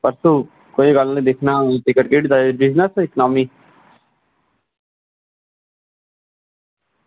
परसूं कोई गल्ल निं दिक्खना टिकट केह्ड़ी चाहिदी बिज़नेस जां इकानामी